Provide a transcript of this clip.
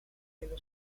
dello